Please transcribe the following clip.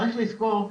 צריך לזכור,